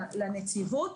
לנציבות.